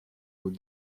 mots